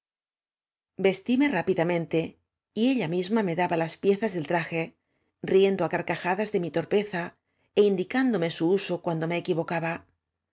vestíme rápidamente y ella misma me daba las piezas del traje riendo á carcajadas de mí torpeza é indicándome su uso cuando me equi